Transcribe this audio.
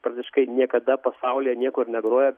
praktiškai niekada pasaulyje niekur negroja